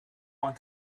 want